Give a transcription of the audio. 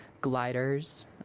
gliders